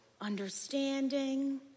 understanding